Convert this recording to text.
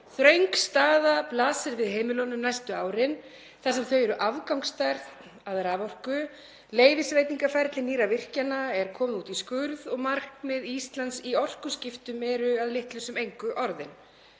Þröng staða blasir við heimilunum næstu árin þar sem þau eru afgangsstærð að raforku, leyfisveitingaferli nýrra virkjana er komið út í skurð og markmið Íslands í orkuskiptum eru að litlu sem engu orðin.